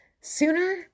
sooner